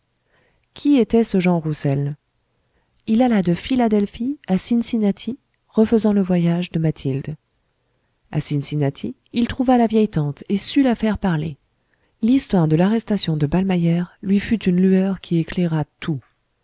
qui était ce roussel il alla de philadelphie à cincinnati refaisant le voyage de mathilde à cincinnati il trouva la vieille tante et sut la faire parler l'histoire de l'arrestation lui fut une lueur qui éclaira tout